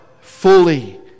fully